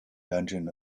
dungeon